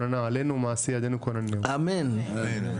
עם האנשים שנמצאים כאן.